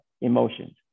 emotions